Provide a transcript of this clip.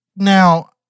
Now